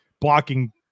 blocking